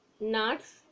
nuts